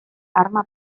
arma